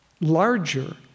larger